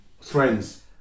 Friends